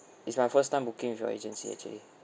it's my first time booking with your agency actually